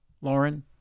Lauren